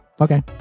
okay